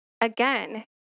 again